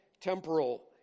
temporal